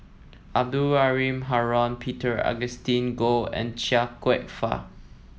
Abdul Halim Haron Peter Augustine Goh and Chia Kwek Fah